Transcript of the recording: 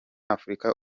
afurika